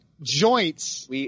joints